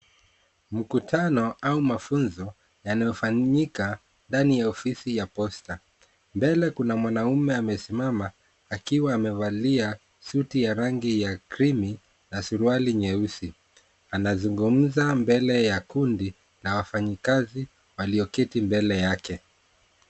Mkutano au mafunzo yaliyofanyika ndani ya ofisi ya posta . Mbele kuna mwanaume amesimama, akiwa amevalia suti ya rangi ya cream na suruali nyeusi anazungumza mbele ya kundi la wafanyakazi walioketi mbele yake.